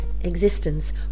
existence